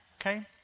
Okay